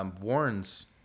warns